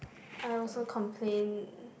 I also complain